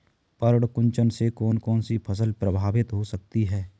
पर्ण कुंचन से कौन कौन सी फसल प्रभावित हो सकती है?